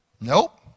Nope